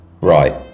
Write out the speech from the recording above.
Right